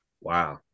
Wow